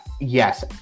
Yes